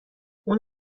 اون